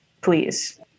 please